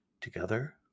Together